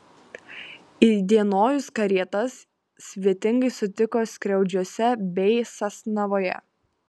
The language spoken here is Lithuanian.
įdienojus karietas svetingai sutiko skriaudžiuose bei sasnavoje